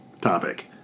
topic